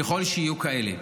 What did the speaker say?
ככל שיהיו כאלה.